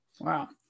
Wow